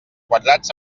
quadrats